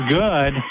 good